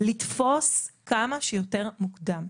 לתפוס כמה שיותר מוקדם,